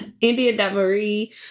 India.Marie